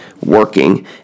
working